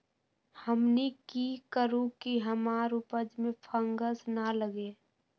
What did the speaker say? हमनी की करू की हमार उपज में फंगस ना लगे?